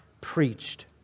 preached